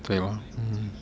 对 lor mm